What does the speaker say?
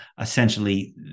essentially